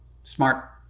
smart